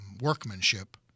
workmanship